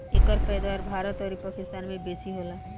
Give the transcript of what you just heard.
एकर पैदावार भारत अउरी पाकिस्तान में बेसी होला